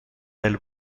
del